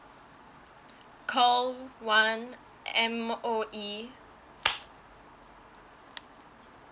call one M_O_E